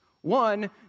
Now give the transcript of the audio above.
One